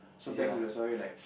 so back to the story like